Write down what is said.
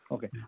Okay